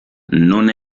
non